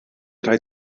rhaid